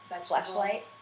flashlight